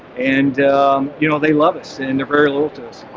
and you know they love us in they're very loyal to us.